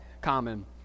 common